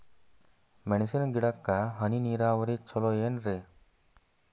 ಮೆಣಸಿನ ಗಿಡಕ್ಕ ಹನಿ ನೇರಾವರಿ ಛಲೋ ಏನ್ರಿ?